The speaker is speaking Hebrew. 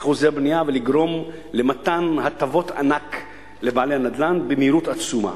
אחוזי הבנייה ולגרום למתן הטבות ענק לבעלי נדל"ן במהירות עצומה.